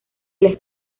les